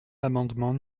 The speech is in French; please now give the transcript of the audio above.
l’amendement